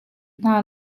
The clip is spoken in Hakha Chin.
hna